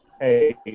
Hey